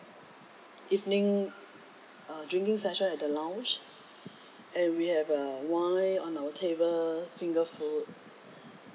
evening uh drinking session at the lounge and we have uh wine on our table finger food